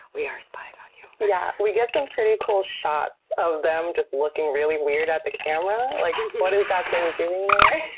we are spying on you. yeah, we get some pretty cool shots of them just looking really weird at the camera. like, what is that thing doing there?